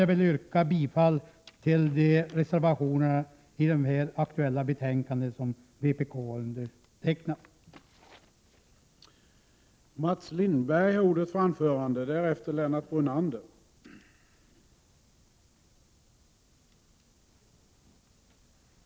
Jag vill yrka bifall till de reservationer i de aktuella betänkandena som vpk:s representanter har undertecknat.